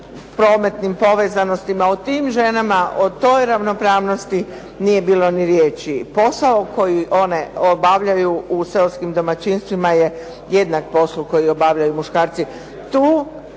prometnim povezanostima o tim ženama, o toj ravnopravnosti nije bilo ni riječi. Posao koji one obavljaju u seoskim domaćinstvima je jednak poslu koji obavljaju muškarci.